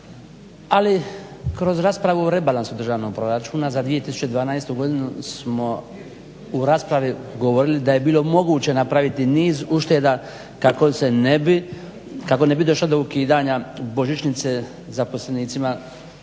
ali kroz raspravu o rebalansu državnog proračuna za 2012. godinu smo u raspravi govorili da je bilo moguće napraviti niz ušteda kako ne bi došlo do ukidanja božićnice zaposlenicima